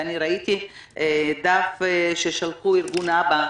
ואני ראיתי את דף ששלחו ארגון אב"א,